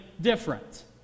different